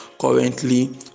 currently